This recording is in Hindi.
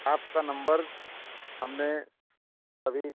आपका नंबर हमने सभी